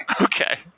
Okay